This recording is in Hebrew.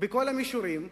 בכל המישורים,